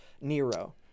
Nero